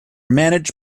managed